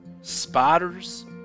spiders